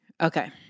Okay